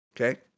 Okay